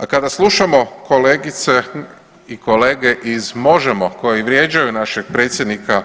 A kada slušamo kolegice i kolege iz MOŽEMO koji vrijeđaju našeg predsjednika